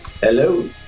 Hello